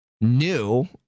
new